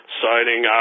signing